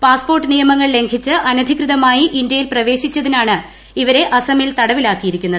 passport നിയമങ്ങൾ ലംഘിച്ച് അനധികൃതമായി ഇന്തൃയിൽ പ്രവേശിച്ചതിനാണ ്ഇവരെ അസ്സമിൽ തടവിലാക്കിയിരുന്നത്